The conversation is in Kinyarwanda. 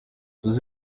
jose